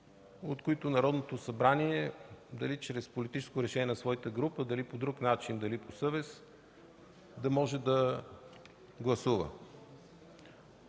от които Народното събрание дали чрез политическо решение на своята група, дали по друг начин, дали по съвест, да може да гласува.